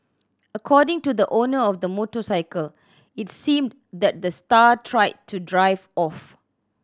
according to the owner of the motorcycle it seemed that the star tried to drive off